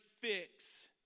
fix